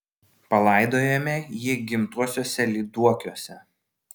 palaidojome jį gimtuosiuose lyduokiuose